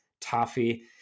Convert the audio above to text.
Toffee